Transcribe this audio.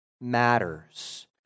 matters